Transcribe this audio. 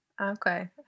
okay